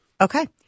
Okay